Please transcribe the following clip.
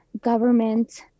government